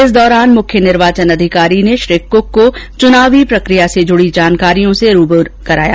इस दौरान मुख्य निर्वाचन अधिकारी ने श्री कुक को चुनाव प्रकिया से जुडी जानकारियों र्स रूबरू कराया